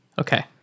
Okay